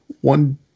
one